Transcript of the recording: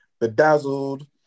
bedazzled